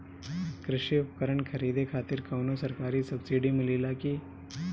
कृषी उपकरण खरीदे खातिर कउनो सरकारी सब्सीडी मिलेला की?